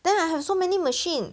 then I have so many machine